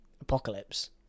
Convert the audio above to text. Apocalypse